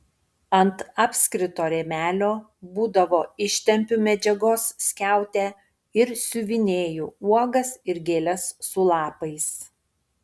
ant apskrito rėmelio būdavo ištempiu medžiagos skiautę ir siuvinėju uogas ir gėles su lapais